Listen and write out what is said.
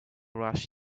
rush